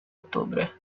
ottobre